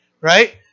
right